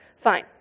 Fine